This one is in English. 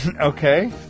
okay